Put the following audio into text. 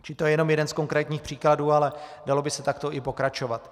Čili to je jenom jeden z konkrétních příkladů, ale dalo by se takto i pokračovat.